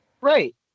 right